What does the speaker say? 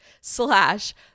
slash